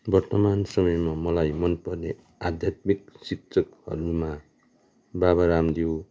वर्तमान समयमा मलाई मनपर्ने आध्यात्मिक शिक्षकहरूमा बाबा रामदेव